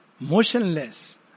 motionless